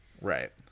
Right